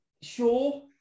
sure